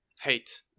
hate